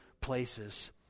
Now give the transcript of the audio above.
places